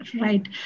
Right